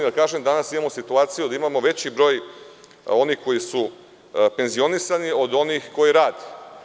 Danas imamo situaciju da imamo veći broj onih koji su penzionisani od onih koji rade.